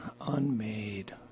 unmade